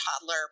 toddler